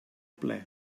ple